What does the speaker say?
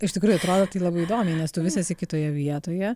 iš tikrųjų atrodo tai labai įdomiai nes tu vis esi kitoje vietoje